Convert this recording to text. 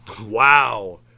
Wow